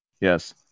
Yes